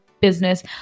business